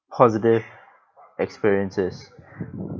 positive experiences